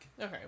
Okay